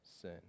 sin